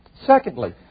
Secondly